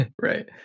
right